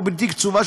או בלתי קצובה,